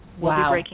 Wow